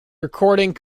recording